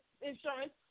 insurance